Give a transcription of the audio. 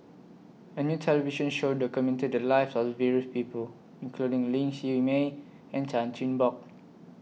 A New television Show documented The Lives of various People including Ling Siew May and Chan Chin Bock